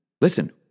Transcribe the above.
Listen